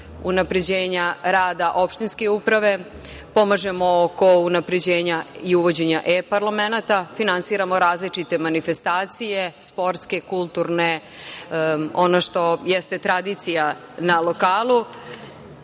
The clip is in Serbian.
unapređenja rada opštinske uprave, pomažemo oko unapređenja i uvođenja e-parlamenata, finansiramo različite manifestacije, sportske, kulturne. Ono što jeste tradicija na lokalu